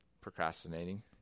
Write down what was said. procrastinating